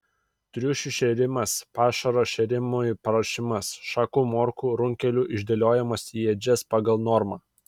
triušių šėrimas pašaro šėrimui paruošimas šakų morkų runkelių išdėliojimas į ėdžias pagal normą